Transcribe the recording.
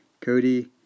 Cody